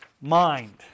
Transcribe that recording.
Mind